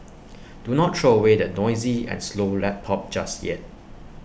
do not throw away that noisy and slow lap pop just yet